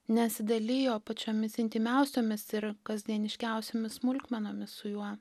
nesidalijo pačiomis intymiausiomis ir kasdieniškiausiomis smulkmenomis su juo